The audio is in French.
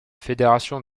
fédération